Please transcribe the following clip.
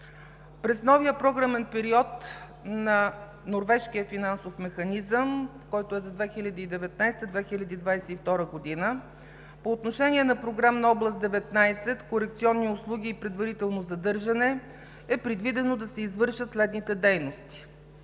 През новия програмен период на Норвежкия финансов механизъм за 2019 – 2022 г. по отношение на Програмна област 19 – „Корекционни услуги и предварително задържане“ е предвидено да се извършат следните дейности: